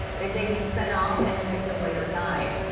they say he sped off and the victim later died.